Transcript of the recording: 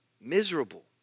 miserable